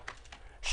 עכשיו,